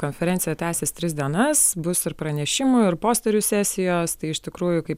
konferencija tęsis tris dienas bus ir pranešimų ir posterių sesijos tai iš tikrųjų kaip